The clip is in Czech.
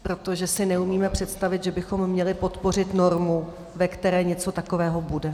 Protože si neumíme představit, že bychom měli podpořit normu, ve které něco takového bude.